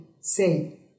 say